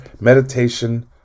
meditation